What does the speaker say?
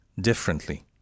differently